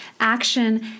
Action